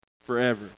forever